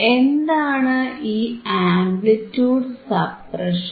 എന്താണ് ഈ amplitude suppression